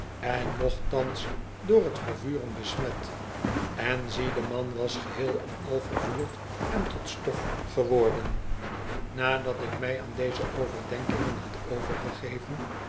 toekomsten nochtans door t vervuren besmet of zie de man was geheel en al vervuurd en tot stof geworden nadat ik mij aan deze overdenkingen had overgegeven